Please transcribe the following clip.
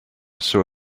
saw